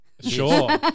Sure